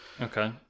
Okay